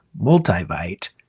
Multivite